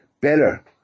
better